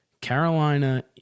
Carolina